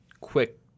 quick